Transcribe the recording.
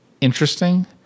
interesting